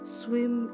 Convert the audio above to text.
swim